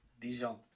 Dijon